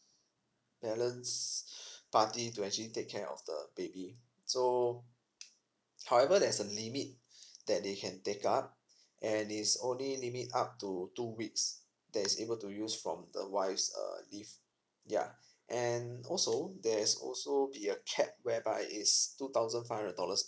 balanced party to actually take care of the baby so however there is a limit that they can take up and is only limit up to two weeks that is able to use from the wife's err leaves yeah and also there is also be a capped whereby is two thousand five hundred dollars